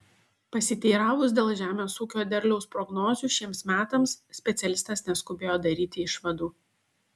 pasiteiravus dėl žemės ūkio derliaus prognozių šiems metams specialistas neskubėjo daryti išvadų